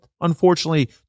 unfortunately